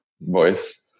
voice